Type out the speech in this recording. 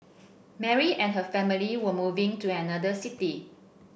Mary and her family were moving to another city